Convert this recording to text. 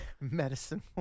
Medicine